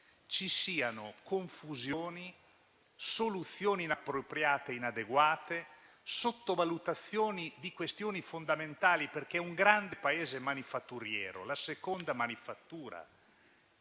ci siano confusioni, soluzioni inappropriate e inadeguate, sottovalutazioni di questioni fondamentali. Un grande Paese manifatturiero, la seconda manifattura